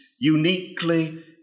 uniquely